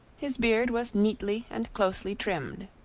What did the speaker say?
his beard was neatly and closely trimmed.